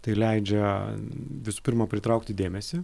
tai leidžia visų pirma pritraukti dėmesį